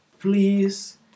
please